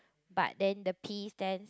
but then the P stands